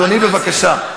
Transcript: אדוני, בבקשה.